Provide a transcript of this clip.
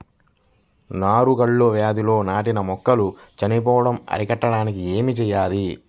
నారు కుళ్ళు వ్యాధితో నాటిన మొక్కలు చనిపోవడం అరికట్టడానికి ఏమి చేయాలి?